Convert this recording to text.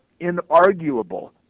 inarguable